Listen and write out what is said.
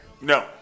No